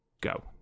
go